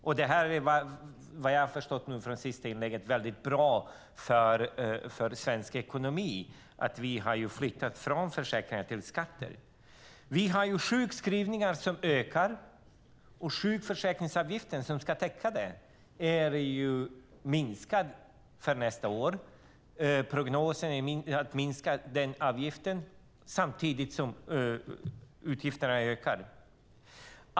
Och vad jag förstår av det sista inlägget är det väldigt bra för svensk ekonomi att vi har flyttat pengar från försäkringar till skatter. Vi har sjukskrivningar som ökar, och sjukförsäkringsavgiften som ska täcka det är minskad för nästa år. Prognosen är att minska den avgiften, samtidigt som utgifterna ökar.